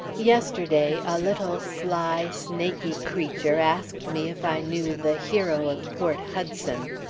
yesterday a little, sly, snaky creature asked me if i knew the hero of port hudson.